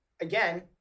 again